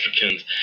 Africans